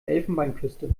elfenbeinküste